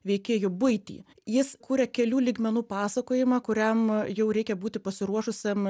veikėjų buitį jis kuria kelių lygmenų pasakojimą kuriam jau reikia būti pasiruošusiam